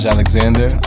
Alexander